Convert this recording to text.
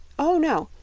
oh, no,